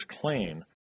clean